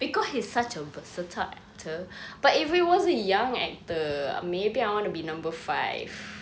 because he's such a versatile actor but if it was a young actor maybe I want to be number five